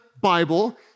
Bible